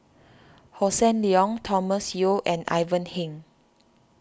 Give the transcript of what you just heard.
Hossan Leong Thomas Yeo and Ivan Heng